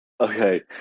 Okay